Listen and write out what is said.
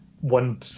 one